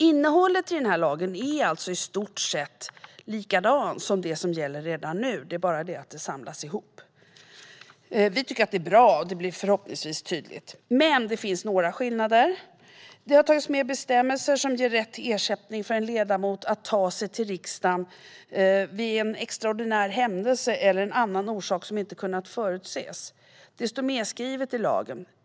Innehållet i den nya lagen är alltså i stort sett likadant som i den som gäller nu - det bara samlas ihop. Vi tycker att det är bra, och det blir förhoppningsvis tydligt. Men det finns några skillnader. Det har tagits med bestämmelser som ger en ledamot rätt till ersättning för att ta sig till riksdagen vid en extraordinär händelse eller av en annan orsak som inte kunnat förutses. Det står med i lagen.